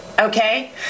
Okay